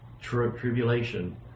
tribulation